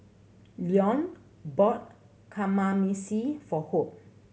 Leone bought Kamameshi for Hope